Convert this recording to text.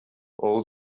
all